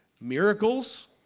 miracles